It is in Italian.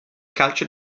calcio